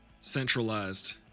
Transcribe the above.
centralized